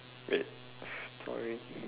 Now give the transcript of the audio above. wait story